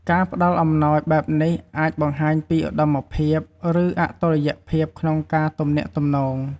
ការផ្តល់ឱ្យអំណោយបែបនេះអាចបង្ហាញពីឧត្តមភាព ឬអតុល្យភាពក្នុងការទំនាក់ទំនង។